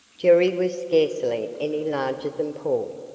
jerry was scarcely any larger than paul,